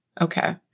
Okay